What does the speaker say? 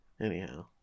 Anyhow